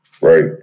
right